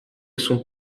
son